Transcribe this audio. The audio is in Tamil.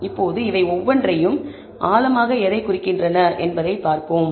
இப்போது இவை ஒவ்வொன்றையும் அவை ஆழமாக எதைக் குறிக்கின்றன என்பதையும் பார்ப்போம்